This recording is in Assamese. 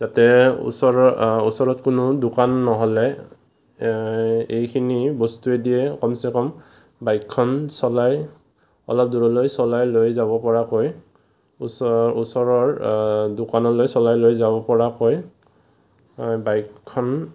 যাতে ওচৰৰ ওচৰত কোনো দোকান নহ'লে এইখিনি বস্তুৱেদিয়ে কমচেকম বাইকখন চলাই অলপ দূৰলৈ চলাই লৈ যাব পৰাকৈ ওচৰ ওচৰৰ দোকানলৈ চলাই লৈ যাব পৰাকৈ বাইকখন